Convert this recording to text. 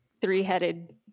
three-headed